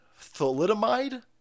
Thalidomide